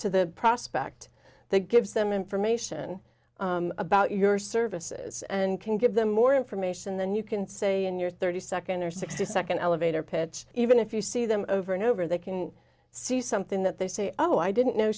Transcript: to the prospect gives them information about your services and can give them more information than you can say in your thirty second or sixty second elevator pitch even if you see them over and over they can see something that they say oh i didn't know